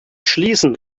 schließen